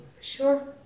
Sure